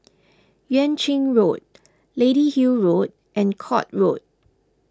Yuan Ching Road Lady Hill Road and Court Road